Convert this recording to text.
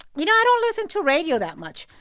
you know, i don't listen to radio that much,